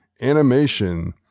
animation